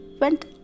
went